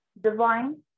Divine